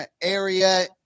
area